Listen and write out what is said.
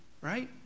right